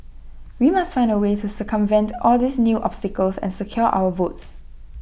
we must find A way to circumvent all these new obstacles and secure our votes